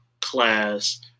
class